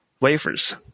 wafers